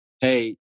hey